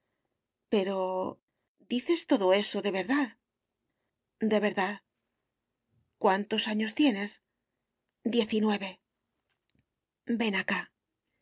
pero dices todo eso de verdad de verdad cuántos años tienes diez y nueve ven acáy